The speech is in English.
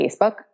Facebook